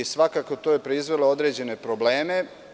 Svakako, to je proizvelo određene probleme.